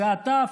והת'